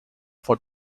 for